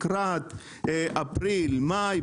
לקראת אפריל-מאי,